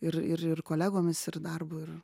ir ir ir kolegoms ir darbu ir